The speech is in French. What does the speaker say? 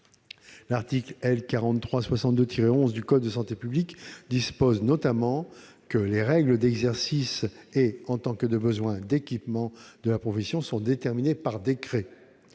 l'article L. 4362-11 du code de la santé publique dispose notamment que « les règles d'exercice et, en tant que de besoin, d'équipement » de la profession sont déterminées par décret.